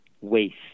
waste